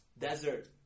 desert